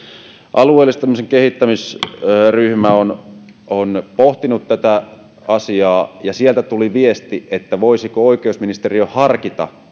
alueellistamisen kehittämisryhmä on on pohtinut tätä asiaa ja sieltä tuli viesti että voisiko oikeusministeriö harkita